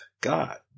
God